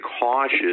cautious